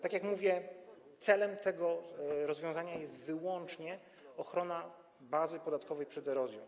Tak jak mówię, celem tego rozwiązania jest wyłącznie ochrona bazy podatkowej przed erozją.